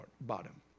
bottom